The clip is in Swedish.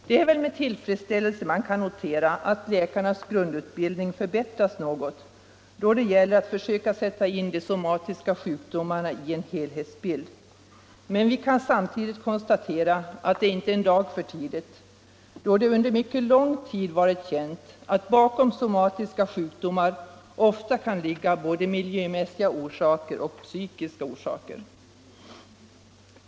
Vi kan väl med tillfredsställelse notera att läkarnas grundutbildning förbättrats något då det gäller att försöka sätta in de somatiska sjukdomarna i en helhetsbild, men vi kan samtidigt konstatera att det inte är en dag för tidigt. Under mycket lång tid har det ju varit känt att bakom somatiska sjukdomar ofta kan ligga både miljömässiga och psykiska orsaker.